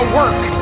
work